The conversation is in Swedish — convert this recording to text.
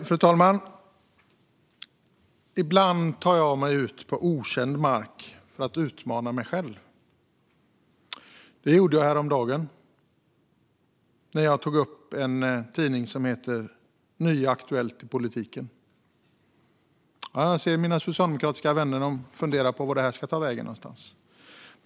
Fru talman! Ibland tar jag mig ut på okänd mark för att utmana mig själv. Det gjorde jag häromdagen när jag tog upp en tidning som heter Nya Aktuellt i Politiken. Jag ser att mina socialdemokratiska vänner funderar över vart det här ska ta vägen.